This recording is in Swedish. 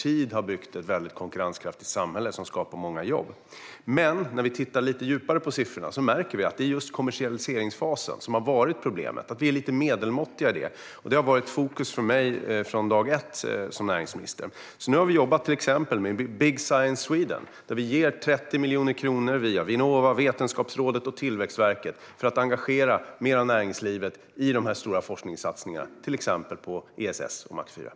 Man har över tid byggt ett konkurrenskraftigt samhälle som skapar många jobb. När vi tittar lite djupare på siffrorna märker vi dock att just kommersialiseringsfasen har varit ett problem. Vi är lite medelmåttiga där. Det har varit i fokus för mig som näringsminister sedan dag ett. Vi har till exempel jobbat med Big Science Sweden, där vi ger 30 miljoner kronor, via Vinnova, Vetenskapsrådet och Tillväxtverket, för att engagera näringslivet mer i de här stora forskningssatsningarna, till exempel ESS och Max IV.